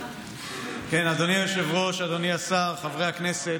אדוני היושב-ראש, אדוני השר, חברי הכנסת,